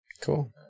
Cool